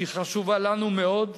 שהיא חשובה לנו מאוד.